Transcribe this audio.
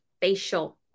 facial